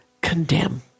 condemn